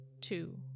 two